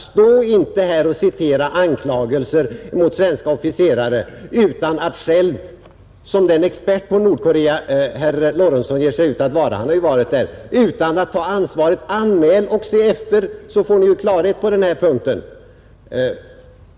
Stå inte här och citera anklagelser mot svenska officerare utan att själv ta ansvaret så som den expert på Nordkorea herr Lorentzon ger sig ut för att vara — han har ju varit där. Anmäl och se efter vad som händer! Så får man ju klarhet på denna punkt.